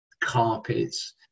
carpets